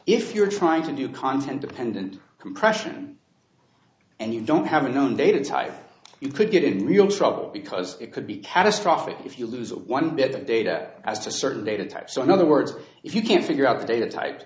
if you're trying to do content dependent compression and you don't have a known data type you could get in real trouble because it could be catastrophic if you lose one bit of data as to certain data types so in other words if you can't figure out the data type